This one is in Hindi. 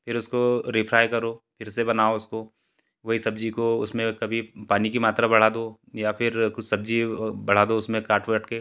फिर उसको रीफ़्राय करो फिर से बनाओ उसको वही सब्ज़ी को उसमें कभी पानी की मात्रा बढ़ा दो या फिर कुछ सब्ज़ी बढ़ा दो उसमें काट वाट के